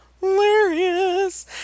hilarious